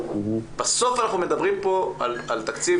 בסוף אנחנו מדברים פה על תקציב,